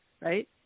right